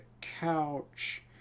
couch